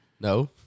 No